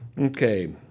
okay